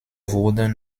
wurden